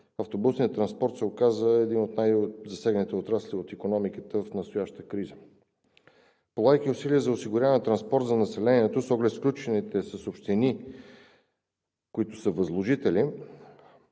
автобусният транспорт се оказа един от най засегнатите отрасли от икономиката в настоящата криза. Полагайки усилия за осигуряване на транспорт за населението с оглед сключените с общини, които са възложители,